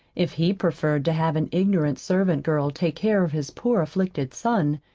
if he preferred to have an ignorant servant girl take care of his poor afflicted son,